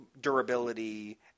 durability